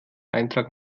eintrag